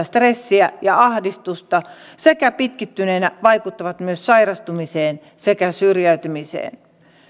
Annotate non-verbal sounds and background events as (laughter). (unintelligible) stressiä ja ahdistusta sekä pitkittyneinä vaikuttavat myös sairastumiseen sekä syrjäytymiseen